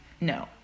No